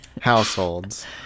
households